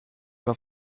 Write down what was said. war